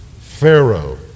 Pharaoh